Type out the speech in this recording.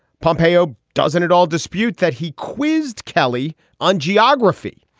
pompeo doesn't it all dispute that he quizzed kelly on geography,